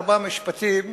ארבעה משפטים,